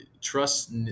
trust